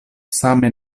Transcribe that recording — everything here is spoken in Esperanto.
same